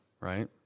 Right